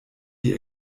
die